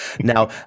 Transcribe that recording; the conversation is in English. now